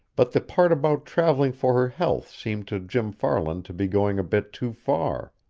but the part about traveling for her health seemed to jim farland to be going a bit too far.